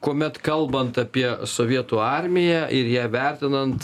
kuomet kalbant apie sovietų armiją ir ją vertinant